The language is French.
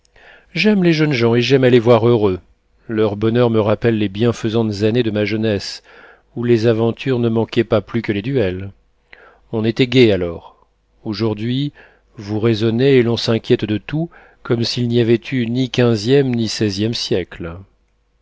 j'aime les jeunes gens et j'aime à les voir heureux leur bonheur me rappelle les bienfaisantes années de ma jeunesse où les aventures ne manquaient pas plus que les duels on était gai alors aujourd'hui vous raisonnez et l'on s'inquiète de tout comme s'il n'y avait eu ni quinzième ni seizième siècles